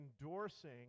endorsing